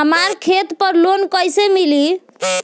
हमरा खेत पर लोन कैसे मिली?